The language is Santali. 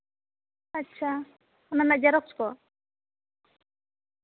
ᱟᱪᱪᱷᱟ ᱢᱟᱱᱮ ᱡᱮᱨᱚᱠᱥ ᱠᱚ